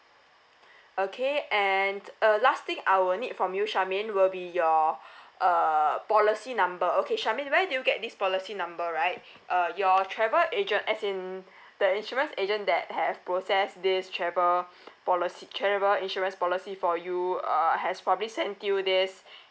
okay and uh last thing I will need from you charmaine will be your uh policy number okay charmaine where do you get this policy number right uh your travel agent as in the insurance agent that have process this travel policy travel insurance policy for you err has probably send you this